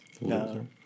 No